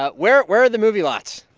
ah where where are the movie lots?